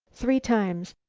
three times,